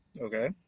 Okay